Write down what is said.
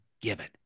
given